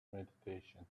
meditation